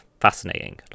fascinating